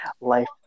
Life